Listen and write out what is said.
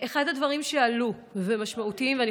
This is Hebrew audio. אחד הדברים המשמעותיים שעלו,